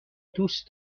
دوست